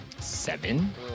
Seven